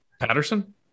Patterson